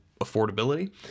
affordability